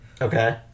Okay